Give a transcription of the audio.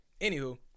Anywho